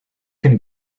can